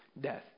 death